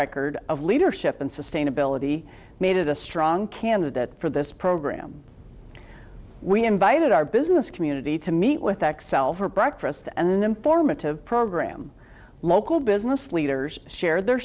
record of leadership and sustainability made a strong candidate for this program we invited our business community to meet with xcel for breakfast and then formative program local business leaders share their